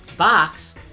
Box